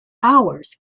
hours